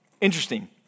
Interesting